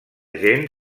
gent